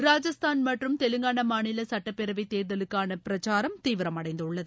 ராஜஸ்தான் மற்றும் தெலங்கானா மாநில சட்டப்பேரவை தேர்தலுக்கான பிரச்சாரம் தீவிரமடைந்துள்ளது